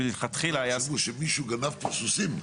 מלכתחילה היה --- מישהו גנב פה סוסים.